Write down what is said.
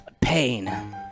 pain